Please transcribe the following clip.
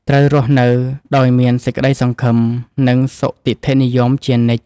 ត្រូវរស់នៅដោយមានសេចក្តីសង្ឃឹម និងសុទិដ្ឋិនិយមជានិច្ច។